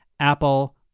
Apple